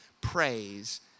Praise